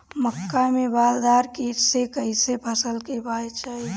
मक्का में बालदार कीट से कईसे फसल के बचाई?